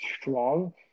strong